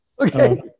Okay